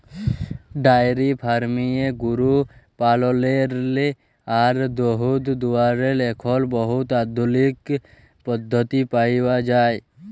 diary ফার্মিংয়ে গরু পাললেরলে আর দুহুদ দুয়ালর এখল বহুত আধুলিক পদ্ধতি পাউয়া যায়